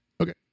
Okay